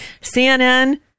CNN